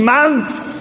Months